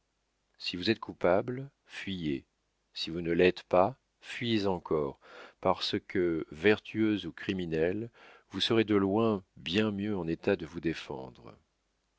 si vous êtes coupable fuyez si vous ne l'êtes pas fuyez encore parce que vertueuse ou criminelle vous serez de loin bien mieux en état de vous défendre